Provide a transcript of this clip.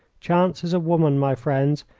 chance is a woman, my friends,